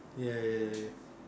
ya ya ya